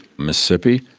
mississippi,